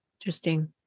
Interesting